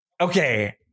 okay